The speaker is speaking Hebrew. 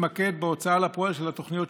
זאת האפשרות שלנו לפגוש את השרים.